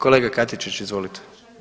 Kolega Katičiću, izvolite.